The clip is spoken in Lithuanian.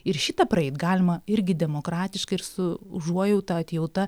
ir šitą praeit galima irgi demokratiškai ir su užuojauta atjauta